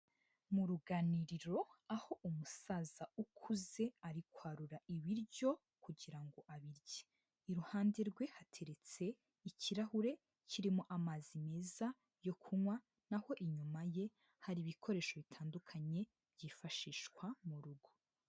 Mu ruganiriro aho umusaza ukuze ari kwarura ibiryo kugirango ngo abirye, iruhande rwe hateretse ikirahure kirimo amazi meza yo kunywa n'aho inyuma ye hari ibikoresho bitandukanye byifashishwa mu rugo.